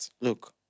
look